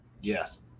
Yes